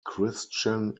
christian